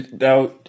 now